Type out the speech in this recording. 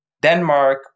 Denmark